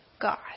God